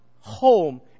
home